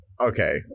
Okay